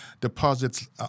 deposits